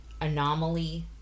anomaly